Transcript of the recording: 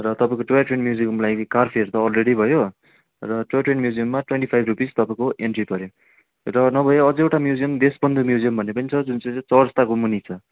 र तपाईँको toy train म्युजियमको लागि कार फेयर त अलरेडी भयो र टोई ट्रेन म्युजियममा ट्वेन्टी फाइभ रुपिज तपाईँको एन्ट्री पर्यो र नभए अझै एउटा म्युजियम देशबन्धु म्युजियम भन्ने पनि छ जुन चाहिँ चाहिँ चौरस्ताको मुनि छ